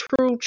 true